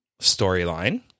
storyline